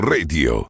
Radio